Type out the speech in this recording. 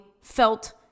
felt